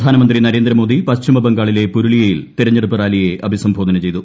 പ്രധാനമന്ത്രി നരേന്ദ്രമോദി പശ്ചിമബംഗാളിലെ പുരുളിയയിൽ തെരഞ്ഞെടുപ്പ് റാലിയെ അഭിസംബോധന ചെയ്തു